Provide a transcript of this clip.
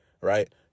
right